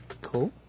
Cool